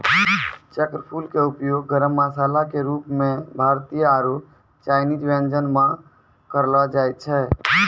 चक्रफूल के उपयोग गरम मसाला के रूप मॅ भारतीय आरो चायनीज व्यंजन म करलो जाय छै